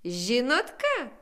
žinot ką